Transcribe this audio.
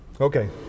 Okay